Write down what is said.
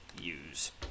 Use